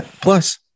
plus